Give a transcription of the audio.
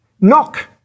knock